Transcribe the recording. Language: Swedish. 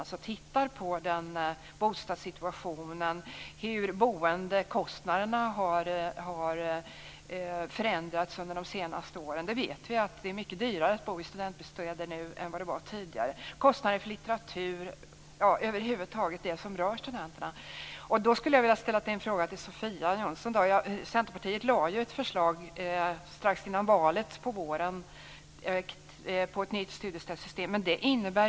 Man skall titta på boendesituationen och hur kostnaderna har förändrats under de senaste åren. Det är dyrare att bo i studentbostäder nu än tidigare. Det gäller även kostnaderna för litteratur och över huvud taget sådant som rör studenterna. Jag vill ställa en fråga till Sofia Jonsson. Centerpartiet lade fram ett förslag om ett nytt studiestödssystem innan valet.